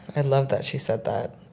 i love that she said that.